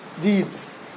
deeds